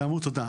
תודה.